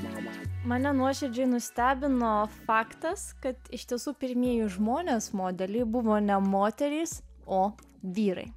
mama mane nuoširdžiai nustebino faktas kad iš tiesų pirmieji žmonės modeliai buvo ne moterys o vyrai